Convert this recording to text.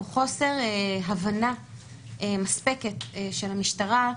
הוא חוסר הבנה מספקת של המשטרה,